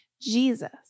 Jesus